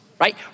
right